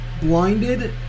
Blinded